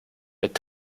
mit